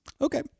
okay